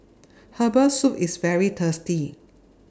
Herbal Soup IS very tasty